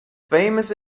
famous